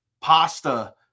pasta